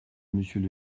monsieur